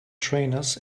trainers